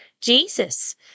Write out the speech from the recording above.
Jesus